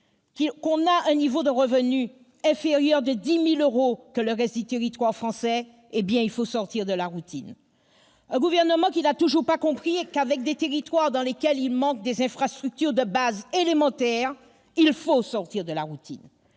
et un niveau de revenus inférieur de 10 000 euros à celui du reste du territoire français, il faut sortir de la routine ! Un gouvernement qui n'a toujours pas compris qu'avec des territoires manquant d'infrastructures élémentaires, il faut sortir de la routine